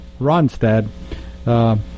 Ronstadt